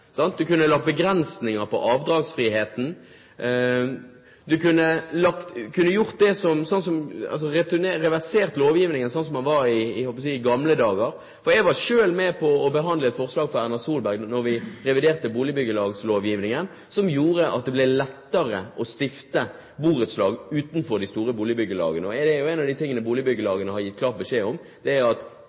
kunne lagt begrensninger på avdragsfriheten, og man kunne reversert lovgivningen til slik som den var i gamle dager. Jeg var selv med på å behandle et forslag fra Erna Solberg da vi reviderte boligbyggelagslovgivningen, som gjorde at det ble lettere å stifte borettslag utenfor de store boligbyggelagene. En av de tingene boligbyggelagene har gitt klar beskjed om, er at det er